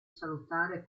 salutare